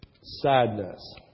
sadness